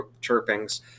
chirpings